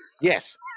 yes